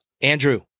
Andrew